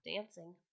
dancing